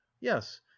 yes